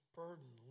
burden